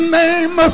name